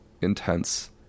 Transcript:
intense